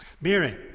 Mary